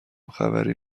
خبری